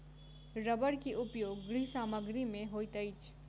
रबड़ के उपयोग गृह सामग्री में होइत अछि